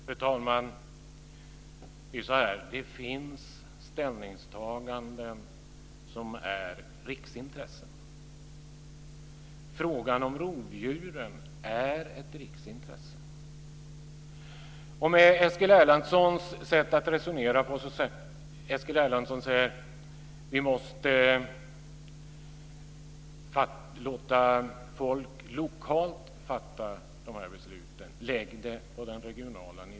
Fru talman! Det finns ställningstaganden som är av riksintresse. Frågan om rovdjuren är ett riksintresse. Eskil Erlandssons säger: Vi måste låta folk lokalt fatta de här besluten. Lägg dem på den regionala nivån!